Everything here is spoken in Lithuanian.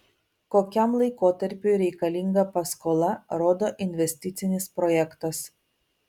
kokiam laikotarpiui reikalinga paskola rodo investicinis projektas